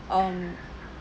um